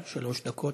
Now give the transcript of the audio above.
שלוש דקות.